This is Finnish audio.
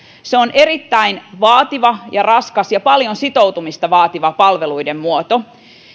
se on erittäin vaativa ja raskas ja paljon sitoutumista vaativa palveluiden muoto